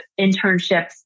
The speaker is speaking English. internships